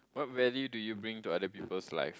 what value do you bring to other people's life